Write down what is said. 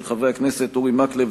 של חברי הכנסת אורי מקלב,